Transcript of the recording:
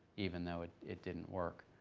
even though it it didn't work.